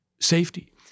safety